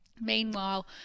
Meanwhile